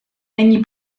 není